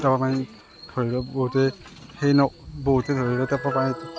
টেপৰ পানী ধৰি লওক বহুতে হেৰি ন বহুতে ধৰি লওক টেপৰ পানীটো